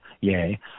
yay